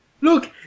look